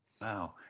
wow